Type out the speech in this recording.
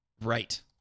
right